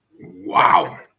Wow